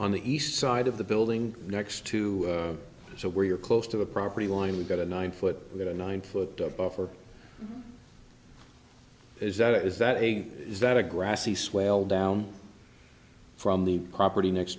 on the east side of the building next to where you're close to the property line we've got a nine foot or nine foot buffer is that is that a is that a grassy swale down from the property next